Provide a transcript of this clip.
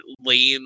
lame